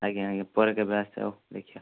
ଆଜ୍ଞା ଆଜ୍ଞା ପରେ କେବେ ଆସେ ଆଉ ଦେଖିବା